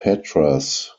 patras